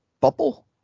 bubble